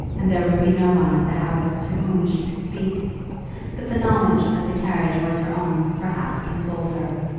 and there would be no one at the house to whom she could speak but the knowledge that the carriage was her own perhaps consoled her.